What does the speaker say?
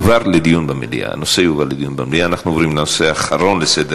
היועץ המשפטי של משרד החוץ הניח מסמך משפטי שמעוגן על-פי כל המשפטנים